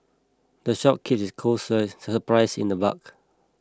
the shop keeps its costs supplies in the bulk